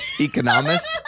Economist